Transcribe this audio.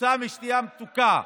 בגלל השמנת יתר.